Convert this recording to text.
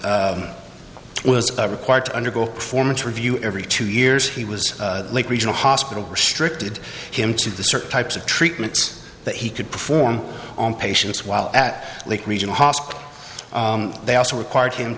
he was required to undergo performance review every two years he was like regional hospital restricted him to the certain types of treatments that he could perform on patients while at lake regional hospital they also required him